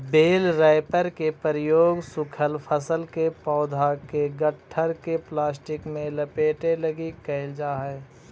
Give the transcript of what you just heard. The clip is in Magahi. बेल रैपर के प्रयोग सूखल फसल के पौधा के गट्ठर के प्लास्टिक में लपेटे लगी कईल जा हई